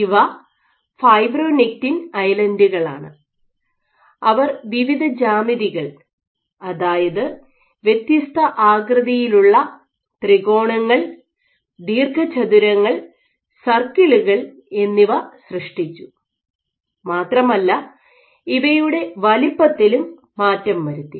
ഇവ ഫൈബ്രോനെക്റ്റിൻ ഐലൻഡുകളാണ് അവർ വിവിധ ജ്യാമിതികൾ അതായത് വ്യത്യസ്ത ആകൃതിയിലുള്ള ത്രികോണങ്ങൾ ദീർഘചതുരങ്ങൾ സർക്കിളുകൾ എന്നിവ സൃഷ്ടിച്ചു മാത്രമല്ല ഇവയുടെ വലുപ്പത്തിലും മാറ്റം വരുത്തി